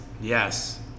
yes